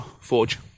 Forge